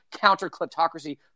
counter-kleptocracy